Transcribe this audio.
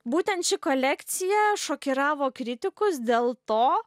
būtent ši kolekcija šokiravo kritikus dėl to